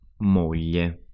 moglie